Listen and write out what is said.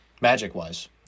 Magic-wise